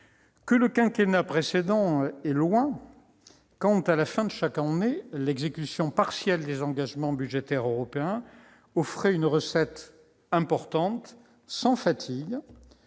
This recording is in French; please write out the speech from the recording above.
Que le quinquennat précédent semble loin, quand, à la fin de chaque année, l'exécution partielle des engagements budgétaires européens offrait une recette importante sans fatigue